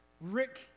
Rick